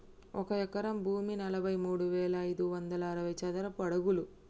ఒక ఎకరం భూమి నలభై మూడు వేల ఐదు వందల అరవై చదరపు అడుగులు